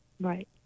Right